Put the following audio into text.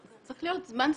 צריך להיות זמן סביר.